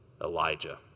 Elijah